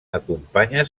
acompanya